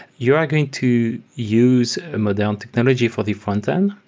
you are going to use a modern technology for the frontend.